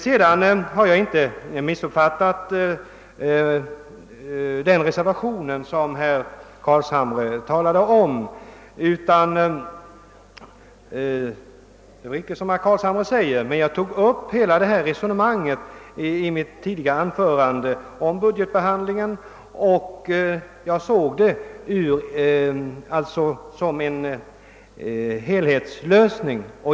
Jag har inte missuppfattat den reservation som herr Carlshamre talade om. Jag tog upp hela detta resonemang i mitt anförande om budgetbehandlingen, och jag såg alltså detta förslag som en helhetslösning.